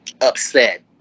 upset